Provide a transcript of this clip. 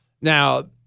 Now